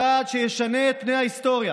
צעד שישנה את פני ההיסטוריה